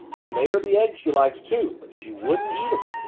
i made her the eggs she likes, too but she wouldn't eat em.